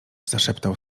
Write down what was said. zaszeptał